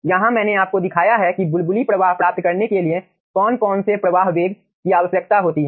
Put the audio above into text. यहाँ मैंने आपको दिखाया है की बुलबुली प्रवाह प्राप्त करने के लिए कौन से प्रवाह वेग की आवश्यकता होती है